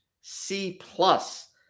C-plus